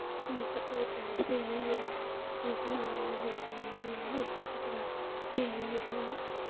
हून उत्थै होर जादा स्हेई होई गेदा उत्थै नमीं नमीं बिल्डिंगां बनी दियां उत्थै स्हेई होई गेदा हून